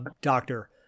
doctor